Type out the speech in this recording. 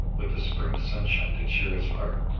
with the spring sunshine to cheer his heart,